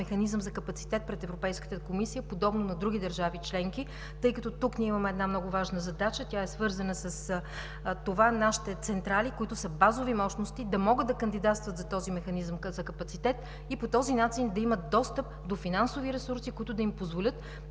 механизъм за капацитет пред Европейската комисия, подобно на други държави членки, тъй като тук имаме много важна задача. Тя е свързана с нашите централи, които са базови мощности, да могат да кандидатстват за този механизъм за капацитет, по този начин да имат достъп до финансови ресурси, които да им позволят